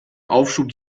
aufschub